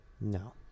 No